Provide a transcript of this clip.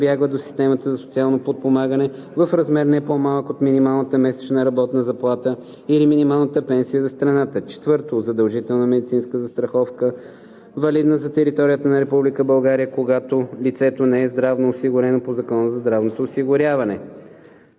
прибягва до системата за социално подпомагане, в размер, не по-малък от минималната месечна работна заплата или минималната пенсия за страната; 4. задължителна медицинска застраховка, валидна за територията на Република България, когато лицето не е здравно осигурено по